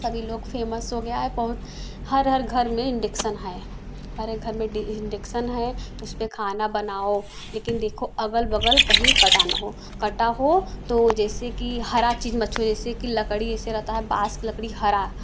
सभी लोग फेमस हो गया है बहुत हर हर घर में इन्डक्शन है हर एक घर में इन्डक्शन है उसपे खाना बनाओ लेकिन देखो अगल बगल कहीं कटा ना हो कटा हो तो तो जैसे कि हरा चीज मत छूओ जैसे कि लकड़ी जैसे रहता है बांस लकड़ी हरा